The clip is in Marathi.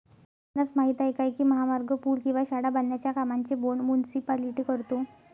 आपणास माहित आहे काय की महामार्ग, पूल किंवा शाळा बांधण्याच्या कामांचे बोंड मुनीसिपालिटी करतो?